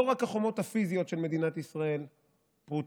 לא רק החומות הפיזיות של מדינת ישראל פרוצות,